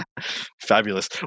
Fabulous